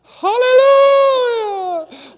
Hallelujah